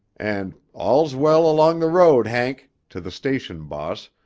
and all's well along the road, hank! to the station boss,